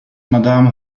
madame